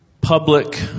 public